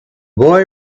boy